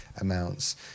amounts